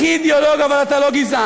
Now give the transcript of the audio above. הכי אידיאולוג, אבל אתה לא גזען.